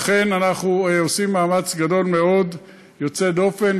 לכן אנחנו עושים מאמץ גדול מאוד, יוצא דופן.